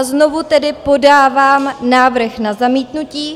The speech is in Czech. Znovu tedy podávám návrh na zamítnutí.